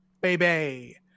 Baby